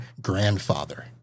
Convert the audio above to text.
grandfather